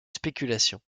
spéculation